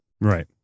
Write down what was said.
Right